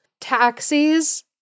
Taxis